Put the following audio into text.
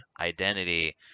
identity